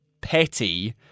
petty